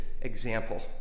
example